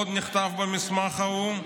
עוד נכתב במסמך ההוא: